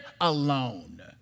alone